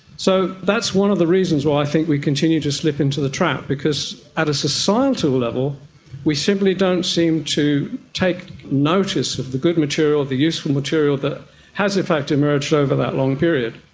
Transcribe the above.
so that's one of the reasons why i think we continue to slip into the trap, because at a societal level we simply don't seem to take notice of the good material, the useful material that has in fact emerged over that long period.